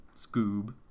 Scoob